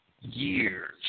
years